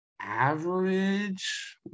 average